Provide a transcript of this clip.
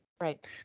Right